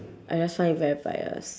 I just find it very bias